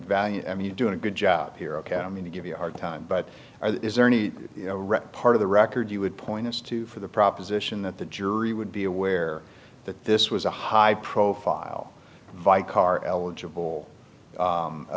value i mean you're doing a good job here ok i mean to give you a hard time but is there any part of the record you would point us to for the proposition that the jury would be aware that this was a high profile by car eligible